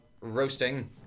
roasting